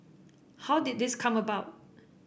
how did this come about